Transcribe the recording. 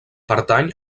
pertany